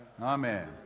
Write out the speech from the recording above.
Amen